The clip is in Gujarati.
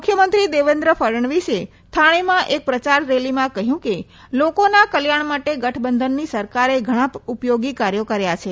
મુખ્યમંત્રી દેવેન્દ્ર ફડનવીસે થાણેમાં એક પ્રચાર રેલીમાં કહ્યું કે લોકોના કલ્યાણ માટે ગઠબંધનની સરકારે ઘણા ઉપયોગી કાર્યો કર્યા છે